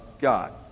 God